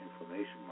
inflammation